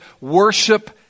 worship